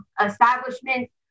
establishments